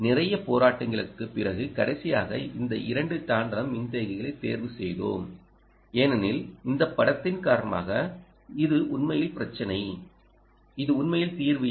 நிறைய போராட்டங்களுக்குப் பிறகு கடைசியாக இந்த இரண்டு டான்டலம் மின்தேக்கிகளையும் தேர்வு செய்தோம் ஏனெனில் இந்த படத்தின் காரணமாக இது உண்மையில் பிரச்சனை இது உண்மையில் தீர்வு இல்லை